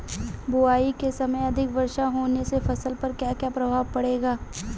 बुआई के समय अधिक वर्षा होने से फसल पर क्या क्या प्रभाव पड़ेगा?